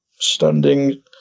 Standing